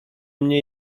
mnie